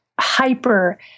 hyper